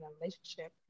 relationship